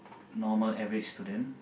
normal average student